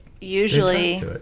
usually